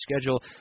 schedule